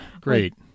great